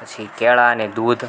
પછી કેળાં અને દૂધ